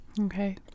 Okay